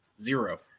zero